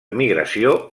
migració